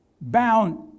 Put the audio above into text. Bound